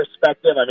perspective